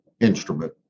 instrument